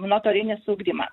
nuotolinis ugdymas